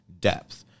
depth